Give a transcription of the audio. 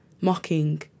mocking